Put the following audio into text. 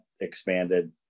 expanded